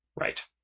right